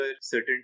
certain